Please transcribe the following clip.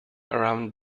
around